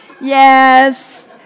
Yes